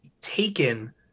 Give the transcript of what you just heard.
taken